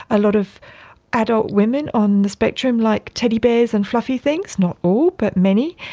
a lot of adult women on the spectrum like teddy bears and fluffy things, not all, but many.